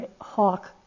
hawk